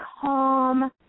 calm